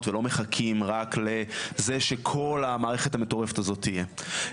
ולא מחכים רק לזה שכל המערכת המטורפת הזאת תהיה.